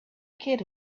kid